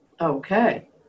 Okay